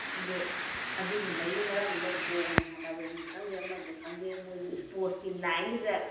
ꯑꯗꯣ ꯑꯗꯨꯒꯨꯝꯕꯒꯤ ꯃꯔꯝꯗ ꯕꯣꯜ ꯁꯥꯟꯅꯕꯅꯤ ꯈꯪꯗꯦ ꯑꯃꯗꯅꯤ ꯈꯪꯗꯦ ꯃꯣꯏꯗꯣ ꯏꯁꯄꯣꯔꯠꯀꯤ ꯂꯥꯏꯟꯗꯨꯗ